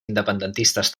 independentistes